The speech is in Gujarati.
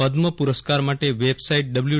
પદ્મ પુરસ્કાર માટે વેબસાઈટ ડબલ્યૂ